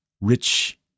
rich